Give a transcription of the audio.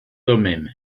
thummim